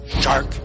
shark